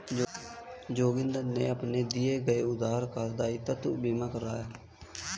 जोगिंदर ने अपने दिए गए उधार का दायित्व बीमा करवाया